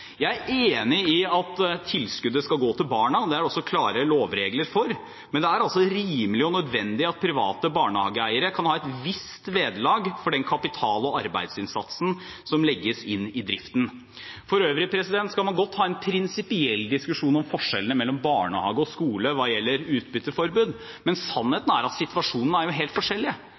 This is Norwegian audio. Jeg er enig i at tilskuddet skal gå til barna. Det er det også klare lovregler for, men det er nødvendig og rimelig at private barnehageeiere kan ha et visst vederlag for den kapitalen og den arbeidsinnsatsen som legges inn i driften. For øvrig kan man godt ha en prinsipiell diskusjon om forskjellen mellom barnehage og skole hva gjelder utbytteforbud, men sannheten er at situasjonen er helt